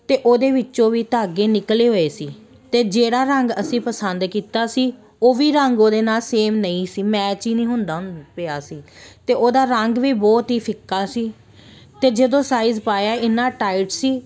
ਅਤੇ ਉਹਦੇ ਵਿੱਚੋਂ ਵੀ ਧਾਗੇ ਨਿਕਲੇ ਹੋਏ ਸੀ ਅਤੇ ਜਿਹੜਾ ਰੰਗ ਅਸੀਂ ਪਸੰਦ ਕੀਤਾ ਸੀ ਉਹ ਵੀ ਰੰਗ ਉਹਦੇ ਨਾਲ ਸੇਮ ਨਹੀਂ ਸੀ ਮੈਚ ਹੀ ਨਹੀਂ ਹੁੰਦਾ ਪਿਆ ਸੀ ਅਤੇ ਉਹਦਾ ਰੰਗ ਵੀ ਬਹੁਤ ਹੀ ਫਿੱਕਾ ਸੀ ਅਤੇ ਜਦੋਂ ਸਾਈਜ਼ ਪਾਇਆ ਇੰਨਾ ਟਾਈਟ ਸੀ